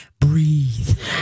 breathe